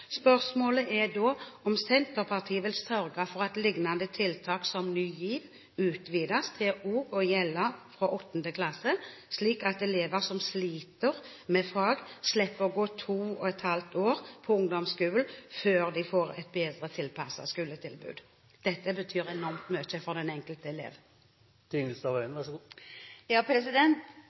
Spørsmålet er da om Senterpartiet vil sørge for at lignende tiltak som Ny GIV utvides til også å gjelde fra 8. klasse, slik at elever som sliter med fag, slipper å gå to og et halvt år på ungdomsskolen før de får et bedre tilpasset skoletilbud. Dette betyr enormt mye for den enkelte elev.